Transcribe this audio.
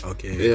Okay